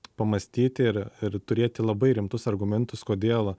pamąstyti ir ir turėti labai rimtus argumentus kodėl